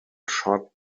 shot